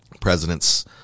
presidents